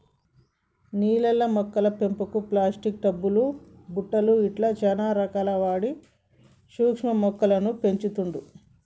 నీళ్లల్ల మొక్కల పెంపుకు ప్లాస్టిక్ టబ్ లు బుట్టలు ఇట్లా చానా రకాలు వాడి సూక్ష్మ మొక్కలను పెంచుతుండ్లు